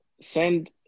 send